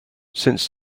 since